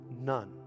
none